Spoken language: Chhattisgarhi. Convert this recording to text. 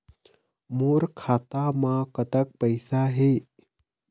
मोर खाता म कतक पैसा हे?